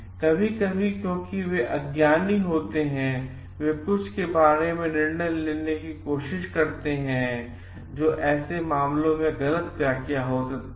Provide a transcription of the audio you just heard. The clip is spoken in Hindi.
कभी कभी क्योंकि वे अज्ञानी होते हैं वे कुछ के बारे में निर्णय लेने की कोशिश करते हैं ऐसे मामले जो गलत व्याख्या हो सकती है